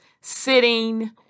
sitting